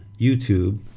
YouTube